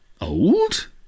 Old